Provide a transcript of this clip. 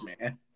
man